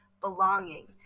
belonging